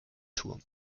turm